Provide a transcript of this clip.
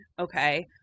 okay